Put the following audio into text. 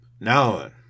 Now